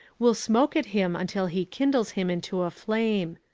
will smoke at him until he kindles him into a flame.